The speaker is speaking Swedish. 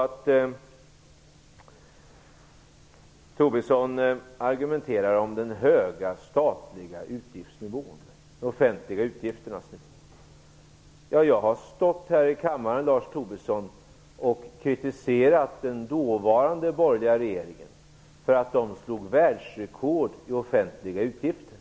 Tobisson argumenterar om den höga statliga utgiftsnivån, de offentliga utgifterna. Jag har stått här i kammaren och kritiserat den dåvarande borgerliga regeringen för att den slog världsrekord i offentliga utgifter.